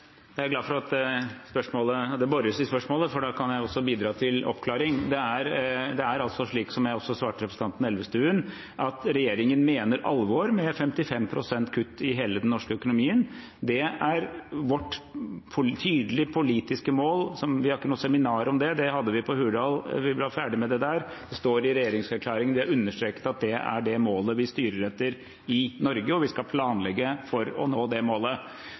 Jeg er glad for at det bores i spørsmålet, for da kan jeg også bidra til oppklaring. Det er altså slik, som jeg også svarte representanten Elvestuen, at regjeringen mener alvor med 55 pst. kutt i hele den norske økonomien. Det er vårt tydelige politiske mål. Vi har ikke noe seminar om det, det hadde vi på Hurdal, vi var ferdig med det der. Det står i regjeringserklæringen, det er understreket at det er det målet vi styrer etter i Norge, og vi skal planlegge for å nå det målet.